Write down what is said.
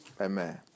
Amen